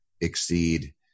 exceed